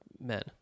men